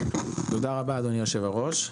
תודה רבה, אדוני יושב-הראש.